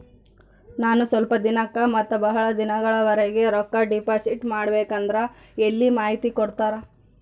ನಾನು ಸ್ವಲ್ಪ ದಿನಕ್ಕ ಮತ್ತ ಬಹಳ ದಿನಗಳವರೆಗೆ ರೊಕ್ಕ ಡಿಪಾಸಿಟ್ ಮಾಡಬೇಕಂದ್ರ ಎಲ್ಲಿ ಮಾಹಿತಿ ಕೊಡ್ತೇರಾ?